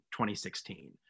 2016